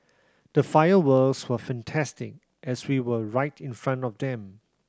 the fireworks were fantastic as we were right in front of them